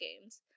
games